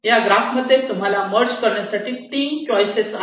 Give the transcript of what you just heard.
या ग्राफ मध्ये तुम्हाला मर्ज करण्यासाठी 3 चॉईस आहे आहेत